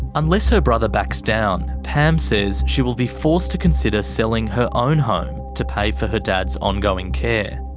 unless her brother backs down, pam says she will be forced to consider selling her own home to pay for her dad's ongoing care.